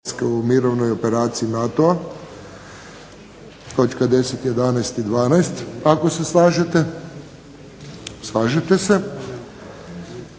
u mirovnoj operaciji NATO-a, točka 10., 11. i 12. ako se slažete? Slažete se.